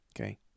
okay